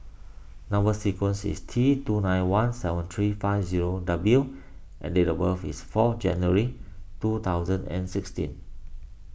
Number Sequence is T two nine one seven three five zero W and date of birth is four January two thousand and sixteen